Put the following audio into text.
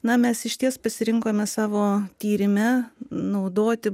na mes išties pasirinkome savo tyrime naudoti